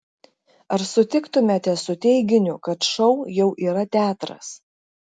ar sutiktumėte su teiginiu kad šou jau yra teatras